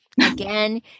Again